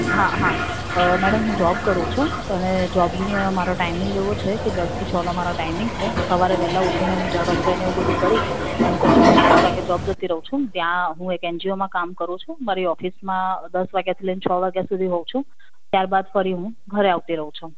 હા હા મૅડમ હું જૉબ કરું છું અને જૉબનો મારો ટાઈમિંગ એવો છે કે દસથી છનો મારો ટાઈમિંગ છે સવારે વહેલાં ઉઠીને હું રસોઇને એવું બધું કરી અને પછી હું દસ વાગ્યે જોબ જતી રહું છું ત્યાં હું એક એન જી ઓમાં કામ કરું છું મારી ઑફિસમાં દસ વાગ્યાથી લઇને છ વાગ્યા સુધી હોઉં છું ત્યારબાદ ફરી હું ઘરે આવતી રહું છું